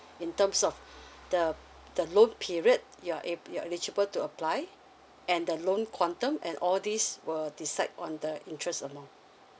in terms of the the loan period your el~ eligible to apply and the loan quantum all these will decide on the interest amount